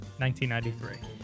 1993